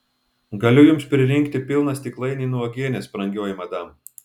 galiu jums pririnkti pilną stiklainį nuo uogienės brangioji madam